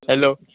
hello